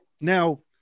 Now